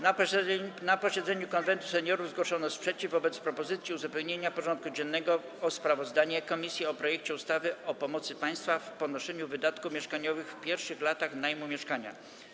Na posiedzeniu Konwentu Seniorów zgłoszono sprzeciw wobec propozycji uzupełnienia porządku dziennego o sprawozdanie komisji o projekcie ustawy o pomocy państwa w ponoszeniu wydatków mieszkaniowych w pierwszych latach najmu mieszkania.